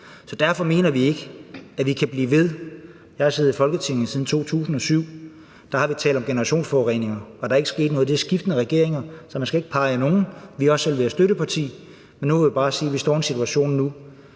Så derfor mener vi ikke, at vi kan blive ved. Jeg har siddet i Folketinget siden 2007, og der har vi talt om generationsforureninger, og der er ikke sket noget. Det er skiftende regeringer, så man skal ikke pege fingre ad nogen, og vi har også selv været støtteparti. Men man må bare sige, at vi står i en situation nu,